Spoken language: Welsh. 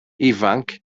ifanc